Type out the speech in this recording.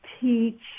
teach